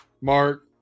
mark